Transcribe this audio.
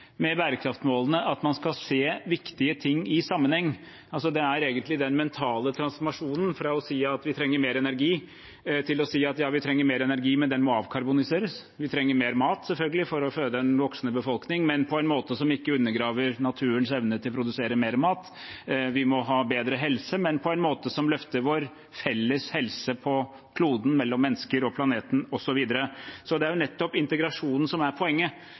med bærekraftsmålene at man skal se viktige ting i sammenheng. Det er egentlig den mentale transformasjonen fra å si at vi trenger mer energi, til å si at ja, vi trenger mer energi, men den må avkarboniseres. Vi trenger mer mat, selvfølgelig, for å føde en voksende befolkning, men på en måte som ikke undergraver naturens evne til å produsere mer mat. Vi må ha bedre helse, men på en måte som løfter vår felles helse på kloden, mellom mennesker og planeten osv. Det er nettopp integrasjonen som er poenget,